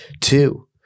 two